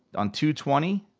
on two twenty,